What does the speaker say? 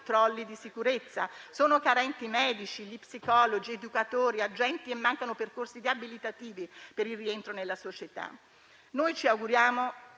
controlli di sicurezza; sono carenti medici, psicologi, educatori, agenti e mancano percorsi riabilitativi per il rientro nella società. Ci auguriamo